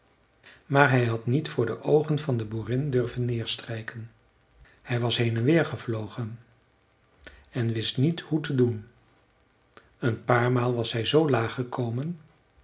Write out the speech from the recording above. maar hij had niet voor de oogen van de boerin durven neerstrijken hij was heen en weer gevlogen en wist niet hoe te doen een paar maal was hij zoo laag gekomen